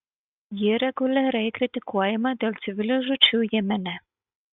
ji reguliariai kritikuojama dėl civilių žūčių jemene